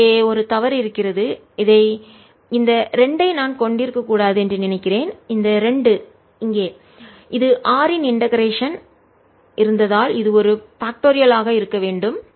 இங்கே ஒரு தவறு இருக்கிறது இதைஇந்த 2 ஐ நான் கொண்டிருக்கக் கூடாது என்று நினைக்கிறேன் இந்த 2 இங்கே இது r இன் இண்டெகரேஷன் ஒருங்கிணைத்தல்இருந்ததால் இது ஒரு பாக்ட்டோரியல் காரணியாக ஆக இருக்க வேண்டும்